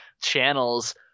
channels